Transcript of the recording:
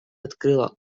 открыла